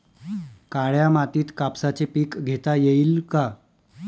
काळ्या मातीत कापसाचे पीक घेता येईल का?